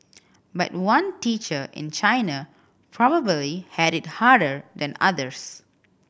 but one teacher in China probably had it harder than others